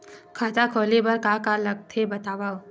खाता खोले बार का का लगथे बतावव?